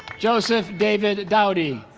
joseph david dowdy